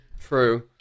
true